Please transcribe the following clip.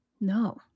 No